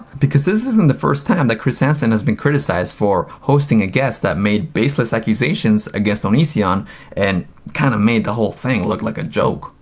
because this isn't the first time that chris hansen has been criticized for hosting a guest that made baseless accusations against onision and kind of made the whole thing look like a joke.